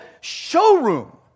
showroom